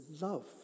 love